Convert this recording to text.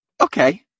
okay